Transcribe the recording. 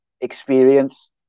experience